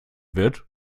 wird